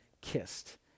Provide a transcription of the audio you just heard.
kissed